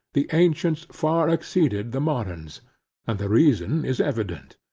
the ancients far exceeded the moderns and the reason is evident,